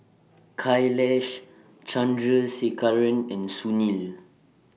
Kailash Chandrasekaran and Sunil